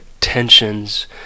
tensions